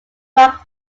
rock